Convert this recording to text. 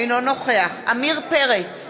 אינו נוכח עמיר פרץ,